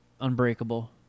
Unbreakable